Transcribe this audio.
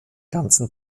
ganzen